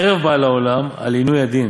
חרב באה לעולם על עינוי הדין,